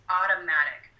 automatic